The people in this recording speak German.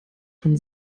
schon